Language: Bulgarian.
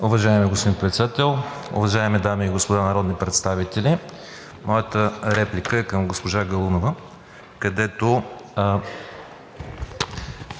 Уважаеми господин Председател, уважаеми дами и господа народни представители, моята реплика е към госпожа Галунова, която